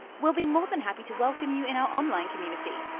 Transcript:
we'll be more than happy to welcome you in our online community.